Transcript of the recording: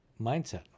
Mindset